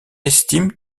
estime